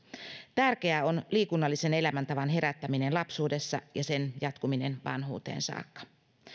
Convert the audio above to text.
tärkeää on liikunnallisen elämäntavan herättäminen lapsuudessa ja sen jatkuminen vanhuuteen saakka